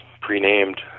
pre-named